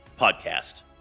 podcast